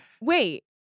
Wait